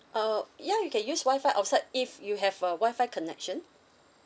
uh ya you can use wi-fi outside if you have a wi-fi connection